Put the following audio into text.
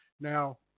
Now